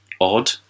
odd